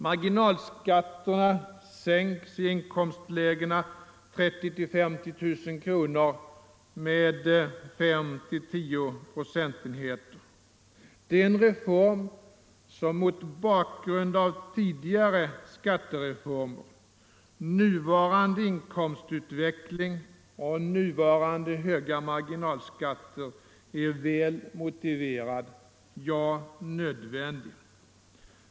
Marginalskatterna sänks i inkomstlägena 30 000-50 000 kronor med 5-10 procentenheter. Det är en reform som mot bakgrund av tidigare skattereformer, nuvarande inkomstutveckling och nuvarande höga marginalskatter är väl motiverad, ja, nödvändig.